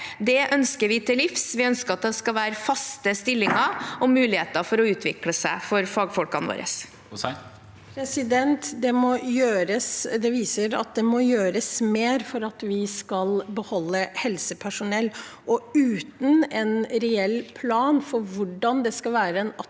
Det ønsker vi til livs. Vi ønsker at det skal være faste stillinger og muligheter for å utvikle seg for fagfolkene våre. Marian Hussein (SV) Det viser at det må gjøres mer for at vi skal beholde helsepersonell, og uten en reell plan for hvordan det skal være attraktivt